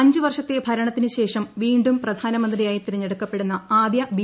അഞ്ചുവർഷത്തെ ഭരണത്തിനു ശേഷം വീണ്ടും പ്രധാനമന്ത്രിയായി തിരുഞ്ഞെടുക്കപ്പെടുന്ന ആദ്യ ബി